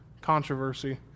controversy